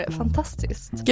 fantastiskt